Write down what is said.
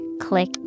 click